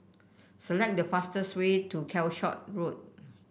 select the fastest way to Calshot Road